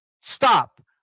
stop